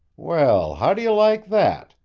well how do you like that!